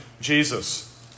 Jesus